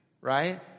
Right